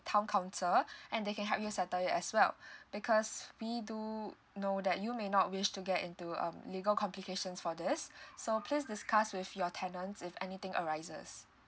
town council and they can help you settle it as well because we do know that you may not wish to get into um legal complications for this so please discuss with your tenants if anything arises